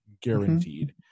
Guaranteed